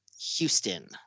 Houston